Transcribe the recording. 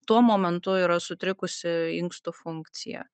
tuo momentu yra sutrikusi inkstų funkcija